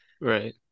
Right